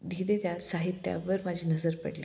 लिहिलेल्या साहित्यावर माझी नजर पडली